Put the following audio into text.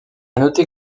noter